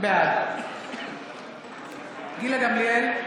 בעד גילה גמליאל,